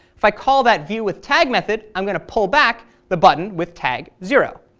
if i call that viewwithtag method, i'm going to pull back the button with tag zero.